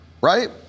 right